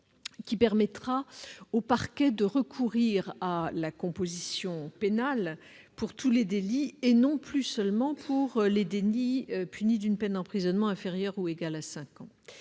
qui permettra au Parquet de recourir à la composition pénale pour tous les délits et non plus seulement pour ceux qui sont punis d'une peine d'emprisonnement inférieure ou égale à cinq ans.